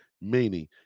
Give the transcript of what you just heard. meaning